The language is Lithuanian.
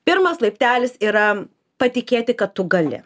pirmas laiptelis yra patikėti kad tu gali